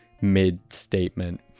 mid-statement